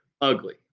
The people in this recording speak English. ugly